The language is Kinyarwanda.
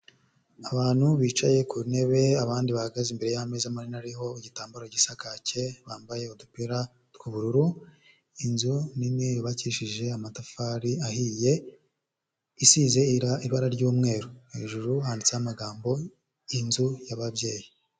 Abantu bicaye ku ntebe abandi bahagaze imbere y'amezi manini ariho igitambaro gisa kake bambaye udupira tw'ubururu, inzu nini yubakishije amatafari ahiye isize ibara ry'umweru hejuru handitseho amagambo inzu y'ababyeyi.